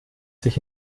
sich